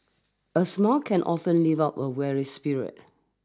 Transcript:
a smile can often lift up a weary spirit